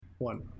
One